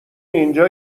اینجا